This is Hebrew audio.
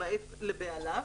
למעט לבעליו,